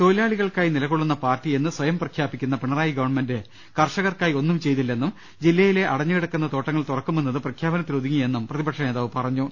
തൊഴിലാളി കൾക്കായി നിലകൊള്ളുന്ന പാർട്ടിയെന്ന് സ്വയം പ്രഖ്യാപിക്കുന്ന പിണറായി ഗവൺമെന്റ് കർഷകർക്കായി ഒന്നും ചെയ്തില്ലെന്നും ജില്ലയിലെ അടഞ്ഞു കിടക്കുന്ന തോട്ടങ്ങൾ തുറക്കുമെന്നത് പ്രഖ്യാപനത്തിൽ ഒതുങ്ങിയെന്നും പ്രതി പക്ഷ നേതാവ് പറഞ്ഞു